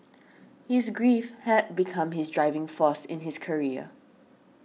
his grief had become his driving force in his career